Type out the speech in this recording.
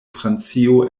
francio